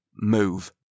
Move